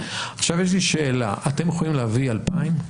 יש לי שאלה, אתם יכולים להביא 2,000?